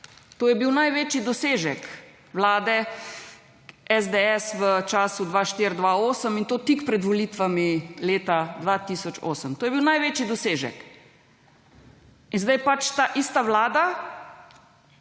To je bil največji dosežek vlade SDS v času 2004-2008 in to tik pred volitvami leta 2008. To je bil največji dosežek in sedaj ta ista Vlada